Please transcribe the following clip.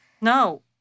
No